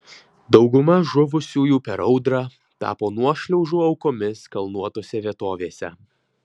dauguma žuvusiųjų per audrą tapo nuošliaužų aukomis kalnuotose vietovėse